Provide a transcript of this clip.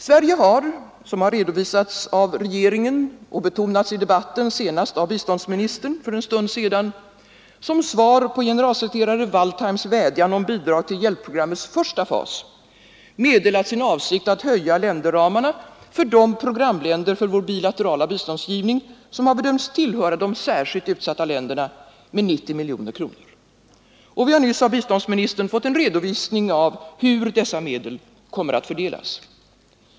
Sverige har, som har redovisats av regeringen och betonats i debatten, senast av biståndsministern för en stund sedan, som svar på generalsekreterare Waldheims vädjan om bidrag till hjälpprogrammets första fas, meddelat sin avsikt att höja länderramarna för de programländer för vår bilaterala biståndsgivning som har bedömts tillhöra de särskilt utsatta länderna med 90 miljoner kronor. Vi har nyss av biståndsministern fått en redovisning av hur dessa medel kommer att fördelas.